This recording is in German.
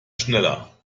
schneller